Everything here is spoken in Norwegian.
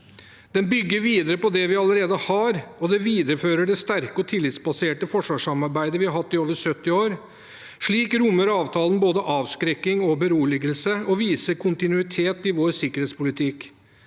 Det bygger videre på det vi allerede har, og det viderefører det sterke og tillitsbaserte forsvarssamarbeidet vi har hatt i over 70 år. Slik rommer avtalen både avskrekking og beroligelse og viser kontinuitet i vår sikkerhetspolitikk.